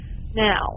Now